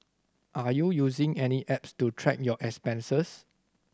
are you using any apps to track your expenses